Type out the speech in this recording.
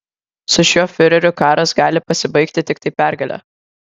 su šiuo fiureriu karas gali pasibaigti tiktai pergale